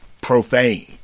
profane